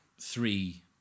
Three